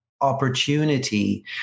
opportunity